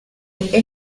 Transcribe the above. estas